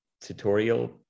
tutorial